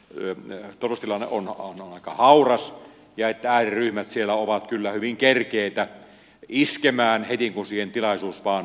yö plustilanne on aika hauras ja että ääriryhmät siellä ovat kyllä hyvin kerkeitä iskemään heti bussien tilaisuus vaan